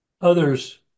others